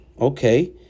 okay